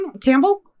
Campbell